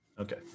Okay